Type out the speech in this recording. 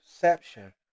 perception